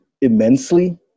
immensely